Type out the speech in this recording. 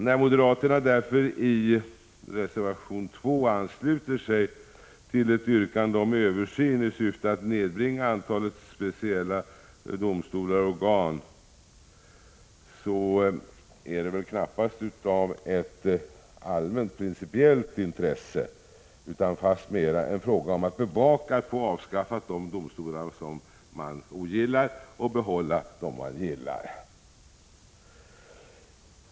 När moderaterna i reservation 2 ansluter sig till ett yrkande om översyn i syfte att nedbringa antalet speciella domstolar och organ, är det därför knappast fråga om ett principiellt intresse utan fastmera fråga om att bevaka att man får de domstolar avskaffade som man ogillar och att man får behålla dem som man gillar.